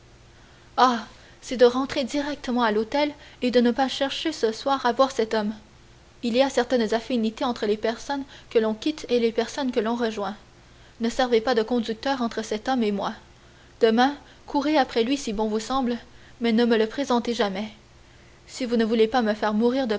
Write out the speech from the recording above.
c'est de rentrer directement à l'hôtel et de ne pas chercher ce soir à voir cet homme il y a certaines affinités entre les personnes que l'on quitte et les personnes que l'on rejoint ne servez pas de conducteur entre cet homme et moi demain courez après lui si bon vous semble mais ne me le présentez jamais si vous ne voulez pas me faire mourir